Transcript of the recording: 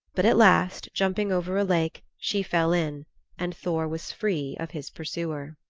but at last, jumping over a lake, she fell in and thor was free of his pursuer.